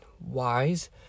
wise